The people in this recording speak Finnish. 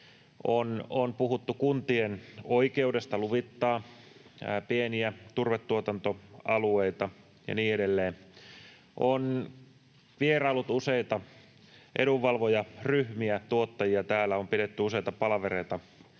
On puhuttu kuntien oikeudesta luvittaa pieniä turvetuotantoalueita ja niin edelleen. Useita edunvalvojaryhmiä on vieraillut, tuottajia, täällä on pidetty useita palavereita